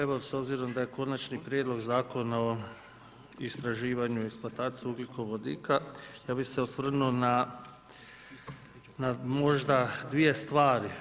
Evo s obzirom da je konačni prijedlog Zakona o istraživanju i eksploataciji ugljikovodika, ja bi se osvrnuo na možda dvije stvari.